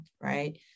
right